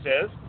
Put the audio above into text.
says